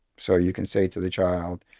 so you can say to the child,